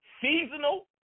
seasonal